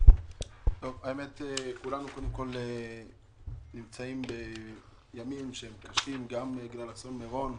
כולנו נמצאים בימים קשים, גם בגלל אסון מירון,